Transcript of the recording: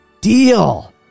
deal